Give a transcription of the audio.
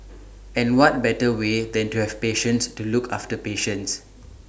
and what better way than to have patients to look after patients